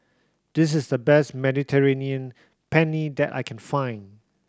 this is the best Mediterranean Penne that I can find